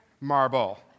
marble